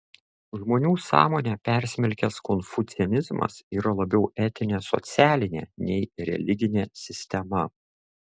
žmonių sąmonę persmelkęs konfucianizmas yra labiau etinė socialinė nei religinė sistema